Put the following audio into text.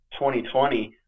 2020